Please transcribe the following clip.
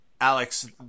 Alex